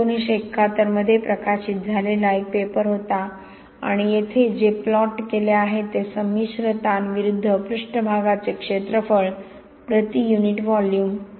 हा 1971 मध्ये प्रकाशित झालेला एक पेपर होता आणि येथे जे प्लॉट केले आहे ते संमिश्र ताण विरुद्ध पृष्ठभागाचे क्षेत्रफळ प्रति युनिट व्हॉल्यूम